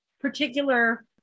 particular